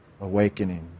awakening